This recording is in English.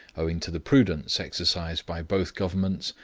owing to the prudence exercised by both governments,